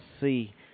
see